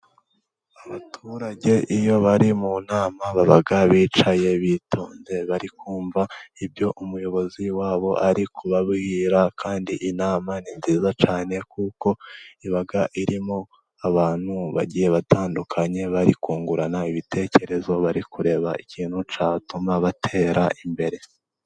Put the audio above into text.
Abaturage iyo bari mu nama baba bicaye bitonze, bari kumva ibyo umuyobozi wabo ari ukubwira, kandi inama ni nziza cyane kuko iba irimo abantu bagiye batandukanye bari kungurana ibitekerezo, bari kureba ikintu cyatuma batera imbere.